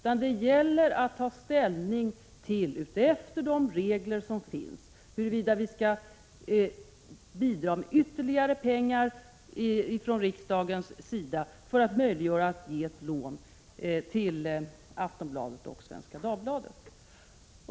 Vad det nu gäller är att ta ställning till, efter de regler som gäller, huruvida vi skall bidra med ytterligare pengar från riksdagens sida för att möjliggöra ett lån till Aftonbladet och Svenska Dagbladet.